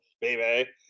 baby